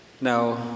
Now